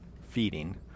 feeding